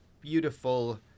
beautiful